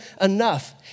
enough